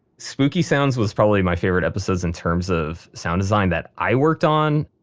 spooky sounds was probably my favorite episode in terms of sound design that i worked on.